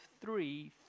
three